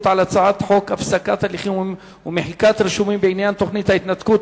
על הצעת חוק הפסקת הליכים ומחיקת רישומים בעניין תוכנית ההתנתקות,